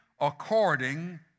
according